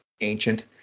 ancient